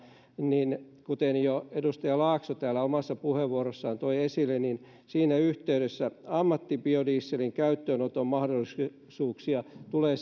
niin kuten jo edustaja laakso täällä omassa puheenvuorossaan toi esille siinä yhteydessä ammattibiodieselin käyttöönoton mahdollisuuksia tulee